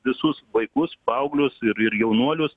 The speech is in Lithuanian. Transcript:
visus vaikus paauglius ir ir jaunuolius